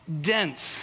dense